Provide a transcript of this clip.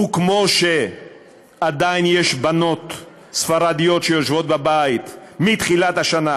כמו שעדיין יש בנות ספרדיות שיושבות בבית מתחילת השנה